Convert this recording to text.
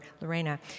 Lorena